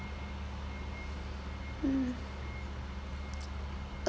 mm